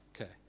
Okay